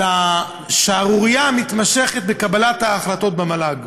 על השערורייה המתמשכת בקבלת ההחלטות במל"ג.